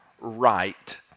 right